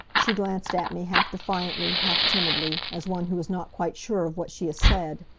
she glanced at me, half defiantly, half timidly, as one who is not quite sure of what she has said.